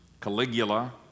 Caligula